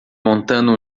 montando